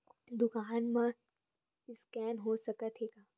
दुकान मा स्कैन हो सकत हे का?